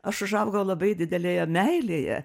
aš užaugau labai didelėje meilėje